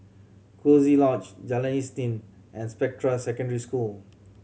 Coziee Lodge Jalan Isnin and Spectra Secondary School